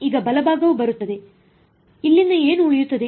ಈಗ ಬಲಭಾಗವು ಬರುತ್ತದೆ ಇಲ್ಲಿಂದ ಏನು ಉಳಿಯುತ್ತದೆ